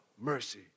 mercy